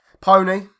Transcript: Pony